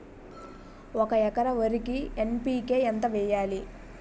ఒక ఎకర వరికి ఎన్.పి.కే ఎంత వేయాలి?